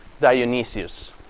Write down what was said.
Dionysius